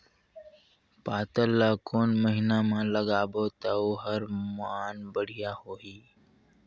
पातल ला कोन महीना मा लगाबो ता ओहार मान बेडिया होही?